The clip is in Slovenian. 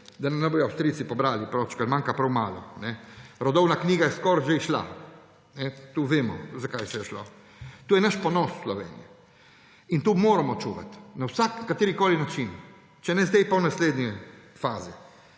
nam ne bodo tega pobrali Avstrijci, ker manjka prav malo. Rodovna knjiga je skoraj že izšla. Tu vemo, za kaj se je šlo. To je ponos Slovenije. To moramo čuvati na katerikoli način. Če ne zdaj, pa v naslednji fazi.